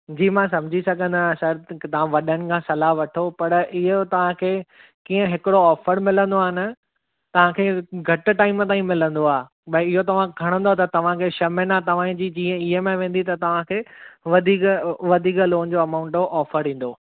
जी मां सम्झी सघंदो आहियां सर तव्हां वॾनि खां सलाहु वठो पर इहो तव्हां खे कीअं हिकिड़ो ऑफर मिलंदो आहे न तव्हां खे घटि टाइम ताईं मिलंदो आहे भई इहो तव्हां खणंदव त तव्हां खे छह महिना तव्हां जी जीअं ई एम आई वेंदी त तव्हां खे वधीक वधीक लोन जो अमाउंट जो ऑफर ईंदो